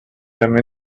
them